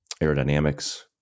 aerodynamics